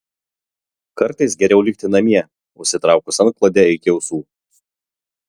kartais geriau likti namie užsitraukus antklodę iki ausų